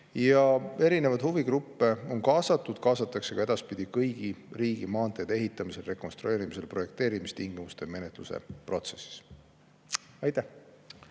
teematerjalides. Huvigruppe on kaasatud ja kaasatakse ka edaspidi kõigi riigimaanteede ehitamisel, rekonstrueerimisel ja projekteerimistingimuste menetluse protsessis. Aitäh!